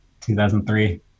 2003